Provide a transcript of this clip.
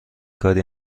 کاری